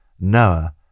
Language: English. Noah